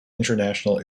international